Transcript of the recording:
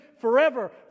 forever